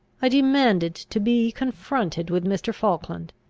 i demanded to be confronted with mr. falkland,